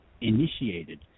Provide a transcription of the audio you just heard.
initiated